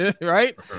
right